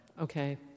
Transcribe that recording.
Okay